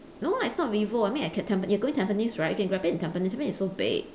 no lah it's not vivo I mean I can tamp~ you going tampines right we can grab it at tampines tampines is so big